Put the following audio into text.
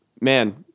man